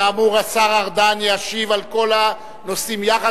כאמור, השר ארדן ישיב על כל הנושאים יחד.